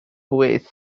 ways